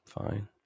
Fine